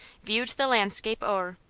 viewed the landscape o'er.